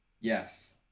Yes